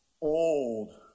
old